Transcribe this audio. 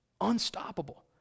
unstoppable